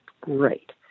great